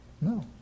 No